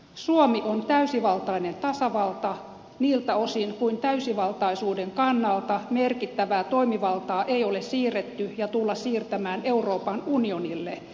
suomi on täysivaltainen tasavalta niiltä osin kuin täysivaltaisuuden kannalta merkittävää toimivaltaa ei ole siirretty ja tulla siirtämään euroopan unionille